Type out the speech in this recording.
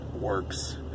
works